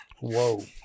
Whoa